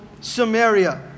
Samaria